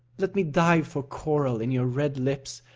let me dive for coral in your red lips,